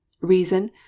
Reason